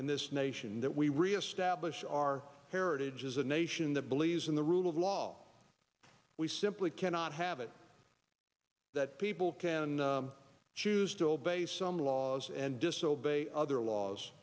in this nation that we reestablish our heritage as a nation that believes in the rule of law we simply cannot have it that people can choose to obey some laws and disobeying other laws